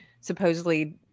supposedly